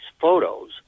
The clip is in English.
photos